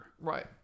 Right